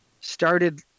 started